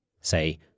Say